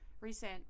recent